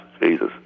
Jesus